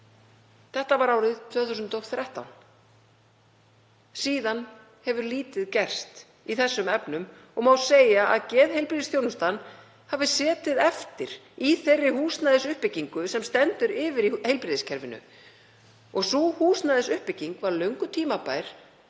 Þetta var árið 2013. Síðan hefur lítið breyst í þessum efnum og má segja að geðheilbrigðisþjónustan hafi setið eftir í þeirri húsnæðisuppbyggingu sem stendur yfir í heilbrigðiskerfinu. Sú húsnæðisuppbygging var löngu tímabær